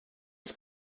oes